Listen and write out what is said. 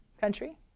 Country